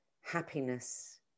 happiness